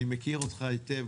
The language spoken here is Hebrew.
אני מכיר אותך היטב,